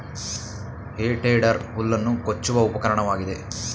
ಹೇ tedder ಹುಲ್ಲನ್ನು ಕೊಚ್ಚುವ ಉಪಕರಣವಾಗಿದೆ